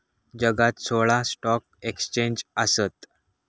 जगात सोळा stock exchange आसत